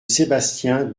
sébastien